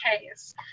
case